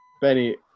Benny